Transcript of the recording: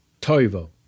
Toivo